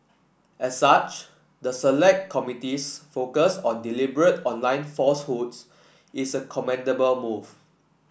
as such the select committee's focus on deliberate online falsehoods is a commendable move